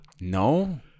No